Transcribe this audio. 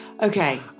Okay